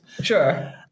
Sure